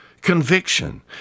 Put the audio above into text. conviction